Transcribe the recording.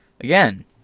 Again